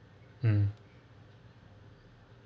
um